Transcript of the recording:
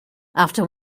after